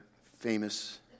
famous